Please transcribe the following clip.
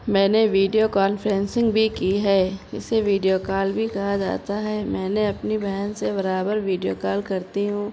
میں نے video conferencing بھی کی ہے اسے ویڈیو کال بھی کہا جاتا ہے میں نے اپنی بہن سے برابر ویڈیو کال کرتی ہوں